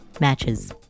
matches